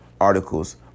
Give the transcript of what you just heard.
articles